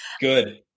Good